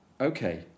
okay